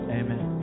amen